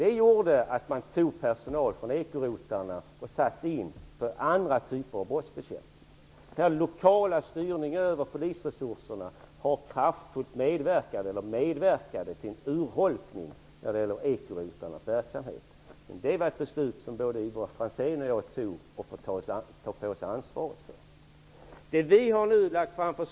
Detta gjorde att man tog personal från ekorotlarna och satte in den för andra typer av brottsbekämpning. Den lokala styrningen över polisresurserna medverkade kraftfullt till urholkningen av ekorotlarnas verksamhet. Det var ett beslut som både Ivar Franzén och jag var med och fattade och som vi får ta på oss ansvaret för.